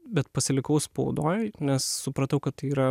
bet pasilikau spaudoj nes supratau kad yra